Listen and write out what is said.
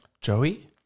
Joey